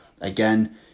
Again